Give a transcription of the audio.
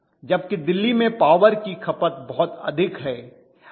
जबकि दिल्ली में पॉवर की खपत बहुत अधिक है